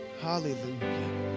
Hallelujah